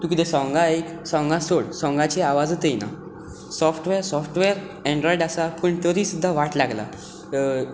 तूं कितें सोंगां आयक सोंगां सोड सोंगांचे आवाजूच येना सोफ्टवैर सोफ्टवैर एंड्रोयड आसा पूण तरी सुद्दां वाट लागला